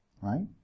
right